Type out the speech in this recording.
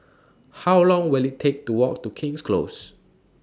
How Long Will IT Take to Walk to King's Close